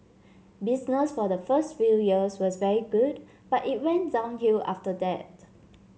business for the first few years was very good but it went downhill after that